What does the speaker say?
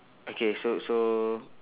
okay so so